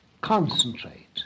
concentrate